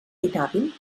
inhàbil